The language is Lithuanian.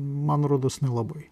man rodos nelabai